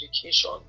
education